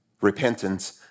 Repentance